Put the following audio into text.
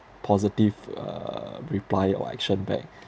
positive uh reply or action back